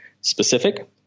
specific